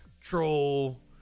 troll